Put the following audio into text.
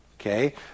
Okay